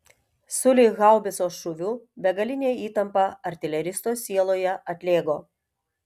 sulig haubicos šūviu begalinė įtampa artileristo sieloje atlėgo